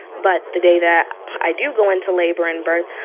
but the day that i do go into labor and birth,